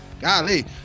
golly